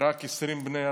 רק 20 בני אדם.